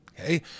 Okay